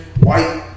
white